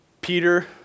Peter